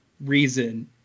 reason